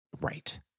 Right